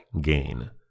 gain